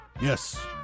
Yes